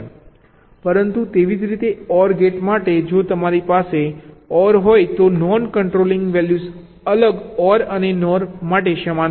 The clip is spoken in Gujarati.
પરંતુ તેવી જ રીતે OR ગેટ માટે જો તમારી પાસે OR હોય તો નોન કંટ્રોલિંગ વેલ્યૂઝ અલગ OR અને NOR સમાન હોય છે